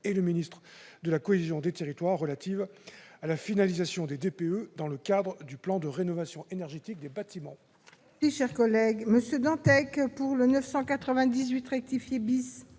et le ministre de la cohésion des territoires relative à la finalisation des DPE dans le cadre du plan de rénovation énergétique des bâtiments.